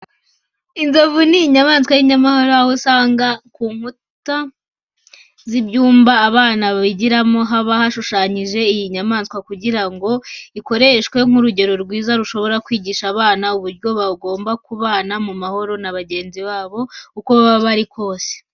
Inzovu ni inyamaswa y'inyamahoro, aho usanga ku nkuta z'ibyumba abana bigiramo haba hashushanyije iyi nyamaswa kugira ngo ikoreshwe nk'urugero rwiza rushobora kwigisha abana uburyo baba bagomba kubana mu mahoro na bagenzi babo, uko baba bari kose.